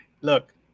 look